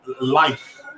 life